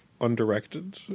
undirected